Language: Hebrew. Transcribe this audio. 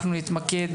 אנחנו נתמקד